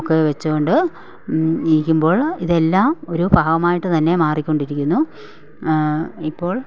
ഒക്കെ വച്ചു കൊണ്ട് ഇരിക്കുമ്പോൾ ഇതെല്ലാം ഒരു ഭാഗമായിട്ട് തന്നെ മാറിക്കൊണ്ടിരിക്കുന്നു ഇപ്പോൾ